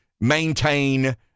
maintain